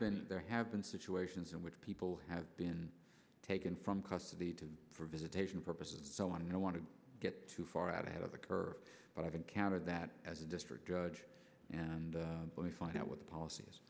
been there have been situations in which people have been taken from custody to for visitation purposes and so on no want to get too far out ahead of the curve but i've encountered that as a district judge and find out what the policies